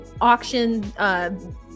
auction